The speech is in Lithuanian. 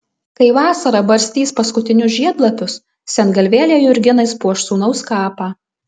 kai vasara barstys paskutinius žiedlapius sengalvėlė jurginais puoš sūnaus kapą